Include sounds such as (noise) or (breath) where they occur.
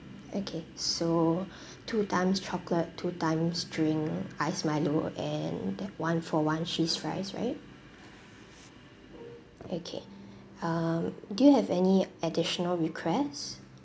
okay so (breath) two times chocolate two times drink ice milo and that one for one cheese fries right okay um do you have any additional requests